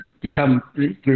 become